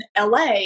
LA